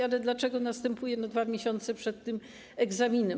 Ale dlaczego następuje to 2 miesiące przed tym egzaminem?